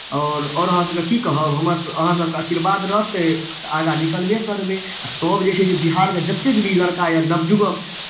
आओर आओर अहाँसभके की कहब हमर अहाँसभके आशीर्वाद रहतै तऽ आगाँ निकलबे करबै आ सभ जे छै से बिहारके जतेक भी लड़का यए नवयुवक